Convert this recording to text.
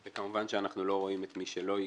וכמובן שאנחנו לא רואים את מי שלא הגיש.